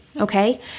Okay